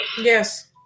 Yes